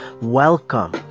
Welcome